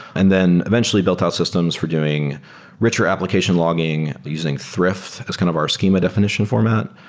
and then eventually built out systems for doing richer application logging using thrift as kind of our schema definition format,